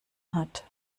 hat